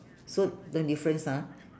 so no difference ah